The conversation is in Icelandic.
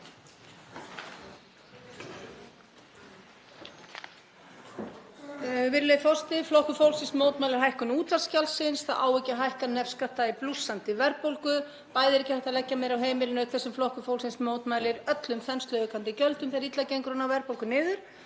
Virðulegi forseti. Flokkur fólksins mótmælir hækkun útvarpsgjaldsins. Það á ekki að hækka nefskatta í blússandi verðbólgu. Ekki hægt að leggja meira á heimilin auk þess sem Flokkur fólksins mótmælir öllum þensluaukandi gjöldum þegar illa gengur að ná verðbólgu niður